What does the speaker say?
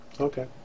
Okay